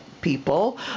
people